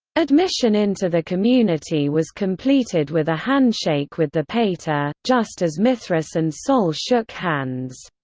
admission into the community was completed with a handshake with the pater, just as mithras and sol shook hands.